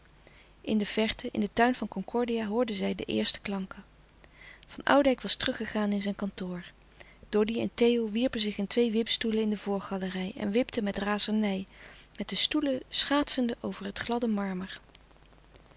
in de verte in den tuin van concordia hoorden zij de eerste klanken van oudijck was teruggegaan in zijn kantoor doddy en theo wierpen zich in twee wipstoelen in de voorgalerij en wipten met razernij met de stoelen schaatsende over het gladde marmer